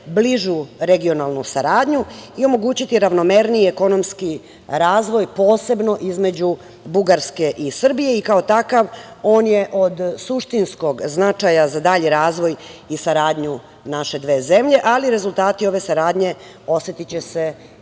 bližu regionalnu saradnju i omogućiće ravnomerniji ekonomski razvoj i posebno između Srbije i Bugarske i kao takav, on je od suštinskog značaja za dalji razvoj i saradnju naše dve zemlje, ali rezultati ove saradnje, osetiće se